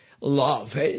Love